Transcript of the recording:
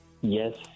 Yes